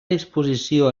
disposició